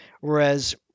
Whereas